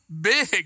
big